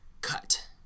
cut